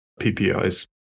PPIs